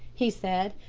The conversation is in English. he said.